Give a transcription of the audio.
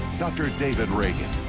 dr. david reagan.